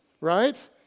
right